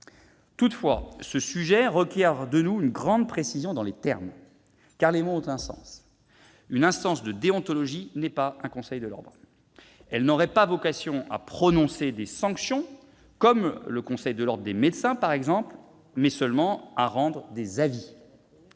Toutefois, ce sujet requiert de nous une grande précision dans les termes, car les mots ont un sens. Une instance de déontologie n'est pas un conseil de l'ordre. Elle aurait vocation non pas à prononcer des sanctions, comme le conseil de l'ordre des médecins, mais seulement à rendre des avis.